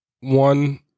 one